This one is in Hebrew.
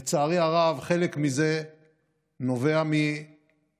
לצערי הרב חלק מזה נובע מביקורים